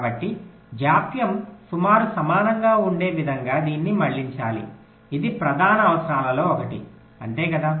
కాబట్టి జాప్యం సుమారు సమానంగా ఉండే విధంగా దీన్ని మళ్ళించాలి ఇది ప్రధాన అవసరాలలో ఒకటి అంతే కదా